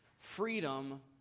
Freedom